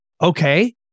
Okay